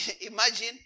imagine